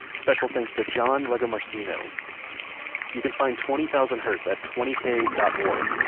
special thanks to john lagomarsino you can find twenty thousand hertz at twenty k dot org.